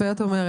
יפה את אומרת.